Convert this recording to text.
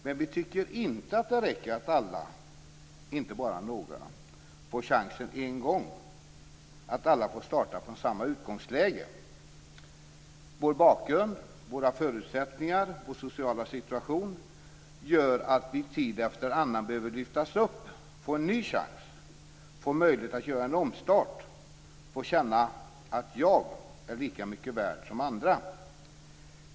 Men vi tycker inte att det räcker att alla, inte bara några, får chansen bara en gång, att alla får starta från samma utgångsläge. Vår bakgrund, våra förutsättningar och vår sociala situation gör att vi tid efter annan behöver lyftas upp, få en ny chans, få en möjlighet att göra en omstart och få känna att vi är lika mycket värda som andra.